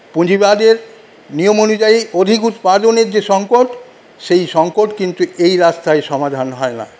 পুঁজিবাদের নিয়ম অনুযায়ী অধিক উৎপাদনের যে সংকট সেই সংকট কিন্তু এই রাস্তায় সমাধান হয় না